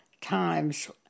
times